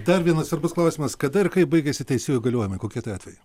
dar vienas svarbus klausimas kada ir kaip baigiasi teisėjų įgaliojimai kokie tie atvejai